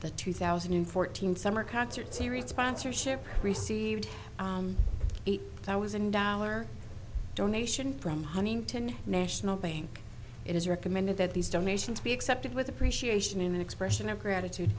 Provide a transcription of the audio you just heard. the two thousand and fourteen summer concert series sponsorship received i was an dollar donation from huntington national bank it is recommended that these donations be accepted with appreciation in an expression of gratitude